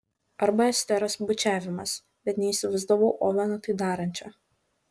arba esteros bučiavimas bet neįsivaizdavau oveno tai darančio